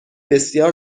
بسیار